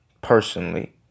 personally